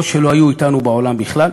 או שלא היו אתנו בעולם בכלל,